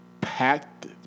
packed